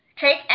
take